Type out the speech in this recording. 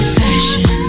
fashion